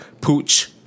Pooch